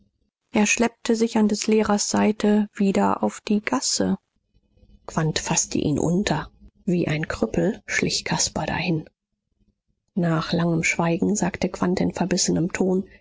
er schleppte sich an des lehrers seite wieder auf die gasse quandt faßte ihn unter wie ein krüppel schlich caspar dahin nach langem schweigen sagte quandt in verbissenem ton